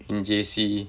in J_C